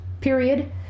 Period